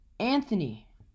Anthony